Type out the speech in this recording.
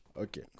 okay